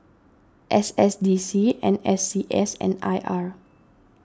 S S D C N S C S and I R